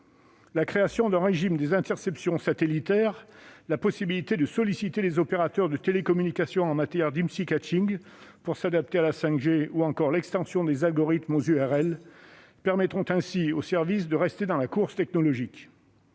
La création d'un régime des interceptions satellitaires, la possibilité de solliciter les opérateurs de télécommunications en matière d', afin de s'adapter à la 5G, ou encore l'extension des algorithmes aux URL, permettront ainsi aux services de rester dans la course technologique.